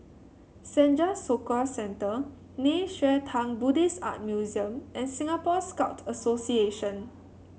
Senja Soka Centre Nei Xue Tang Buddhist Art Museum and Singapore Scout Association